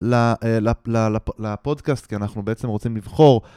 לפודקאסט, כי אנחנו בעצם רוצים לבחור.